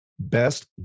Best